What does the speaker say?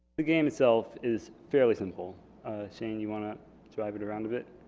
the game itself is fairly simple shane you want to drive it around a bit